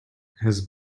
his